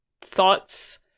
thoughts